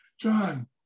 John